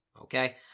Okay